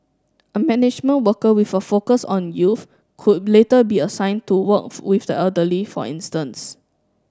a management worker with a focus on youth could later be assign to work with the elderly for instance